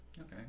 okay